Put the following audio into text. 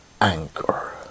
anchor